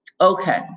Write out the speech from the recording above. Okay